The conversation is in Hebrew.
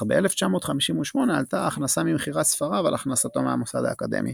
אך ב־1958 עלתה ההכנסה ממכירת ספריו על הכנסתו מהמוסד האקדמי.